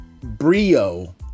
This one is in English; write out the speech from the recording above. brio